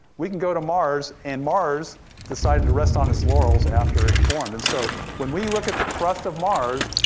we can go to mars and mars decided to rest on its laurels after it formed, and so when we look at the crust of mars,